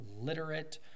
Literate